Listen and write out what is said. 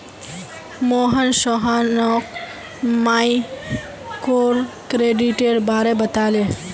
मोहन सोहानोक माइक्रोक्रेडिटेर बारे बताले